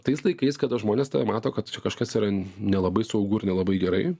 tais laikais kada žmonės tave mato kad čia kažkas yra nelabai saugu ir nelabai gerai